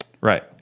Right